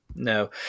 no